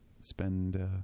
spend